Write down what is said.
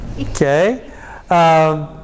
okay